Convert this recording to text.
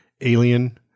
Alien